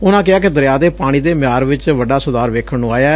ਉਨੂਾ ਕਿਹਾ ਕਿ ਦਰਿਆ ਦੇ ਪਾਣੀ ਦੇ ਮਿਆਰ ਵਿਚ ਵੱਡਾ ਸੁਧਾਰ ਵੇਖਣ ਨੂੰ ਆਇਐ